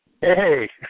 Hey